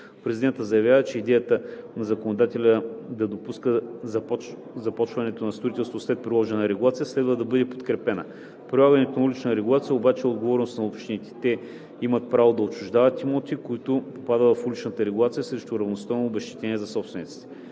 Президентът заявява, че идеята на законодателя да допуска започването на строителство след приложена регулация следва да бъде подкрепена. Прилагането на уличната регулация обаче е отговорност на общините – те имат право да отчуждават имоти, които попадат в уличната регулация, срещу равностойно обезщетение за собствениците.